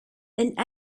and